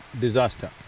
disaster